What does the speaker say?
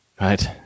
right